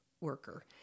worker